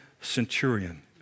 centurion